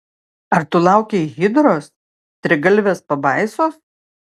ar tu laukei hidros trigalvės pabaisos